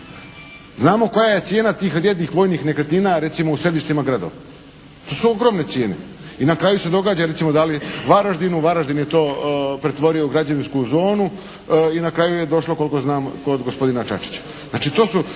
Znamo koja je cijena tih vrijednih vojnih nekretnina recimo u središtima gradova. To su ogromne cijene. I na kraju se događa recimo da li Varaždinu, Varaždin je to pretvorio u građevinsku zonu i na kraju je došlo koliko znam, kod gospodina Čačića.